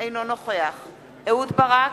אינו נוכח אהוד ברק,